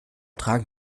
tragen